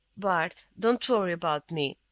bart, don't worry about me.